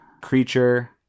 Creature